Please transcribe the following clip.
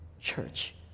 Church